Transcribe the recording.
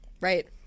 Right